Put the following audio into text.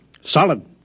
Solid